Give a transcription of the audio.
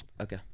Okay